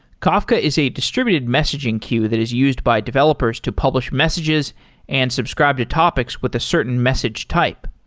kafka is a distributed messaging queue that is used by developers to publish messages and subscribe to topics with a certain message type.